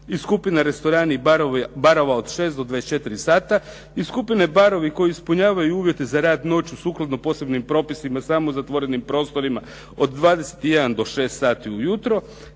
i skupina restorani i barova od 6 do 24 sata i skupine barovi koji ispunjavaju uvjete za rad noću, sukladno posebnim propisima, samo zatvorenim prostorima od 21 do 6 sati ujutro